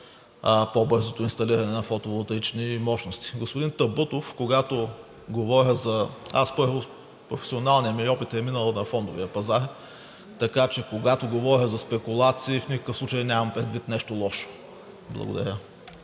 по-бързото инсталиране на фотоволтаични мощности. Господин Табутов, професионалният ми опит е минал на фондовия пазар, така че когато говоря за спекулации, в никакъв случай нямам предвид нещо лошо. Благодаря.